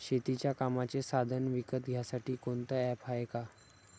शेतीच्या कामाचे साधनं विकत घ्यासाठी कोनतं ॲप हाये का?